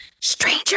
stranger